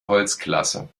holzklasse